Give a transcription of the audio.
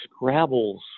scrabbles